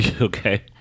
Okay